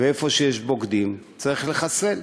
ואיפה שיש בוגדים, צריך לחסל.